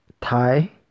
thai